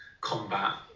combat